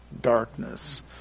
darkness